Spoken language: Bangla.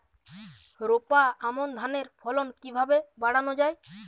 রোপা আমন ধানের ফলন কিভাবে বাড়ানো যায়?